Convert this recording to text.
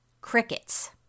crickets